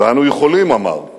ואנו יכולים", אמר,